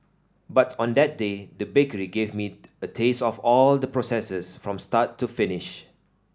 but on that day the bakery gave me a taste of all the processes from start to finish